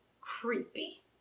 creepy